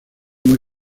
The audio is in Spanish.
muy